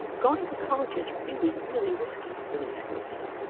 going to college is really, really risky for these groups.